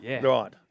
right